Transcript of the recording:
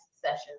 sessions